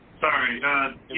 Sorry